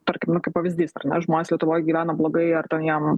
tarkim nu kaip pavyzdys ar ne žmonės lietuvoj gyvena blogai ar ten jiem